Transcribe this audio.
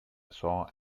saw